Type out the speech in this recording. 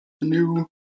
new